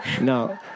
No